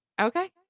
Okay